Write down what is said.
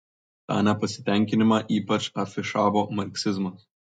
tą nepasitenkinimą ypač afišavo marksizmas